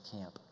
camp